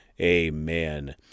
Amen